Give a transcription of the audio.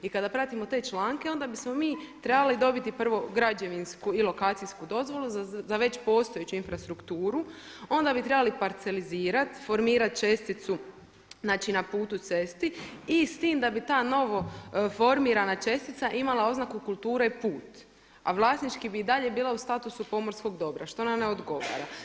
I kada pratimo te članke onda bismo mi trebali dobiti prvo građevinsku i lokacijsku dozvolu za već postojeću infrastrukturu, onda bi trebali parcelizirati, formirati česticu na putu i cesti i s tim da bi ta nova formirana čestica imala oznaku kulture put, a vlasnički bi i dalje bila u statusu pomorskog dobra, što nam ne odgovara.